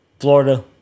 Florida